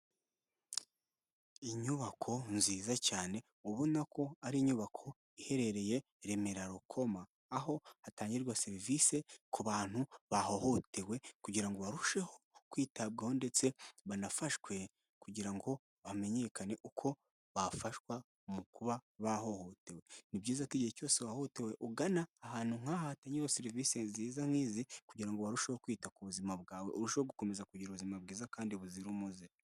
Inyubako nziza cyane ubona ko ari inyubako iherereye i Remera-Rukoma, aho hatangirwa serivise ku bantu bahohotewe kugira ngo barusheho kwitabwaho ndetse banafashwe kugira ngo bamenyekane uko bafashwa mu kuba bahohotewe. Ni byiza ko igihe cyose wahotewe ugana ahantu nk'aha hatanyeho serivise nziza nk'izi kugira ngo barusheho kwita ku buzima bwawe, urusheho gukomeza kugira ubuzima bwiza kandi buzira umuze.